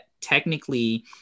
technically